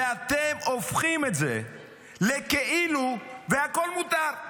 ואתם הופכים את זה לכאילו והכול מותר.